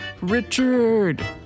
Richard